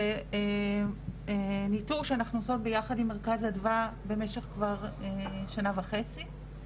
זה ניטור שאנחנו עושות ביחד עם מרכז 'אדווה' במשך כבר שנה וחצי,